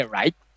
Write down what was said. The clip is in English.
right